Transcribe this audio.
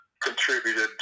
contributed